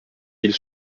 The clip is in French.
mille